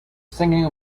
singing